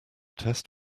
test